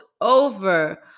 over